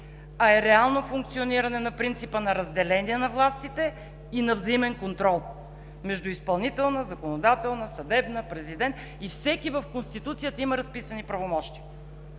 а е реално функциониране на принципа на разделение на властите и на взаимен контрол между изпълнителна, законодателна, съдебна, президент – и всеки в Конституцията има разписани правомощия.